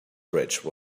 bridge